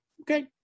Okay